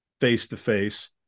face-to-face